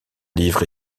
livre